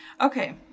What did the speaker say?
Okay